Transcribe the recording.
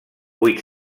vuit